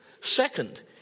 Second